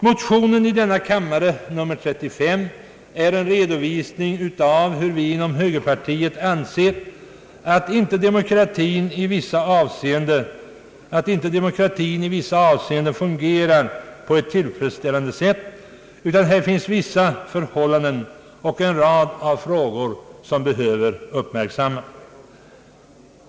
Motionen i denna kammare nr 35 innehåller en redovisning av hur vi inom högerpartiet anser att demokratin i vissa avseenden inte fungerar på ett tillfredsställande sätt utan att vissa förhållanden och en rad frågor behöver uppmärksammas.